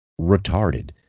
retarded